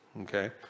Okay